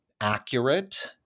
accurate